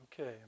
Okay